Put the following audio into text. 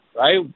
right